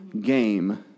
game